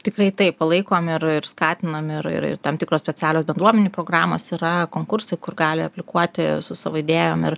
tikrai taip palaikom ir ir skatinam ir ir tam tikros specialios bendruomenių programos yra konkursai kur gali aplikuoti su savo idėjom ir